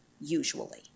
usually